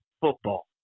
football